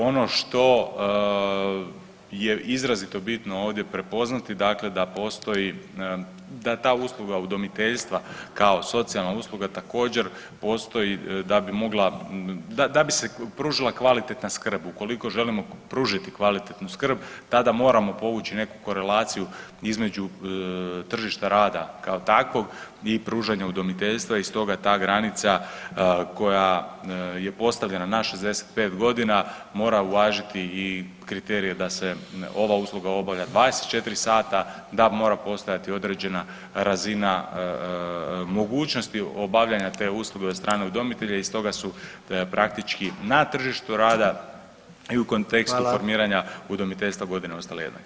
Ono što je izrazito bitno ovdje prepoznati, dakle da postoji, da ta usluga udomiteljstva kao socijalna usluga također, postoji da bi mogla, da bi se pružila kvalitetna skrb, ukoliko želimo pružiti kvalitetnu skrb, tada moramo povući neku korelaciju između tržišta rada kao takvog i pružanja udomiteljstva i stoga ta granica koja je postavljena na 65 godina mora uvažiti i kriterije da se ova usluga obavlja 24 sata, da mora postojati određena razina mogućnosti obavljanja te usluge od strane udomitelja i stoga su praktički na tržištu rada i u kontekstu [[Upadica: Hvala.]] formiranja udomiteljstva godine ostale jednake.